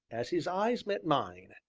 as his eyes met mine,